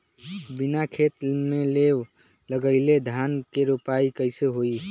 बिना खेत में लेव लगइले धान के रोपाई कईसे होई